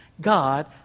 God